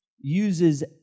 uses